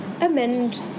amend